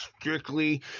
strictly